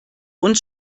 uns